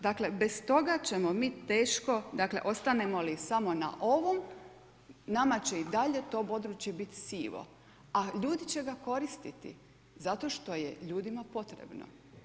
Dakle, bez toga ćemo mi teško, dakle ostanemo li samo na ovom nama će i dalje to područje biti sivo, a ljudi će ga koristiti zato što je ljudima potrebno.